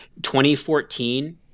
2014